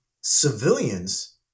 civilians